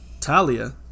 Talia